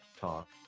Talk